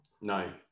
No